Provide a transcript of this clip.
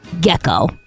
gecko